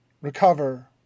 recover